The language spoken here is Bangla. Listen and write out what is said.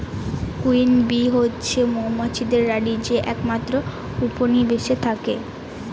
কুইন বী হচ্ছে মৌমাছিদের রানী যে একমাত্র উপনিবেশে থাকে